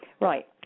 Right